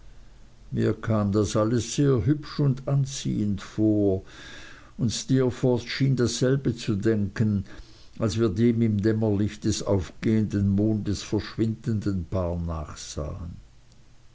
mir kam das alles sehr hübsch und anziehend vor und steerforth schien dasselbe zu denken als wir dem im dämmerlicht des aufgehenden mondes verschwindenden paar